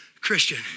Christian